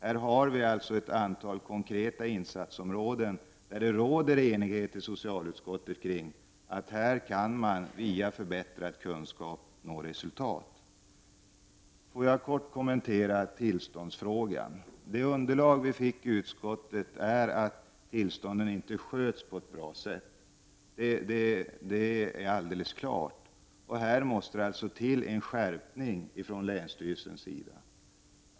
Det här är alltså några konkreta områden där insatser skall göras, och i socialutskottet råder det enighet om att man på dessa områden, med hjälp av förbättrade kunskaper, kan nå resultat. Jag vill kortfattat även kommentera tillståndsfrågan. Det underlag som utskottet fick var att tillstånden inte sköts på ett bra sätt. Det är alldeles klart. I detta sammanhang måste det ske en skärpning från länsstyrelsen.